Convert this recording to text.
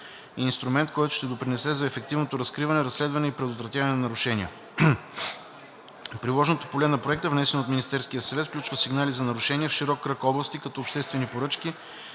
и инструмент, който ще допринесе за ефективното разкриване, разследване и предотвратяване на нарушения. Приложното поле на проекта, внесен от Министерския съвет, включва сигнали за нарушения в широк кръг области, като обществени поръчки,